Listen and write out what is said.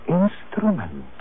instrument